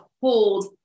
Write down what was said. hold